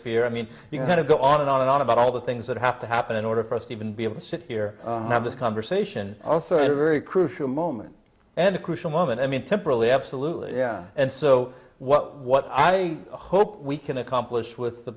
e i mean you kind of go on and on and on about all the things that have to happen in order for us to even be able to sit here have this conversation also had a very crucial moment and a crucial moment i mean temporally absolutely and so what what i hope we can accomplish with the